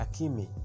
Akimi